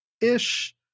ish